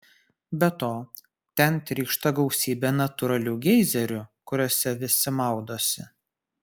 be to ten trykšta gausybė natūralių geizerių kuriuose visi maudosi